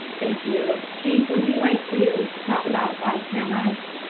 thank you. chief, would you like to talk about body cameras?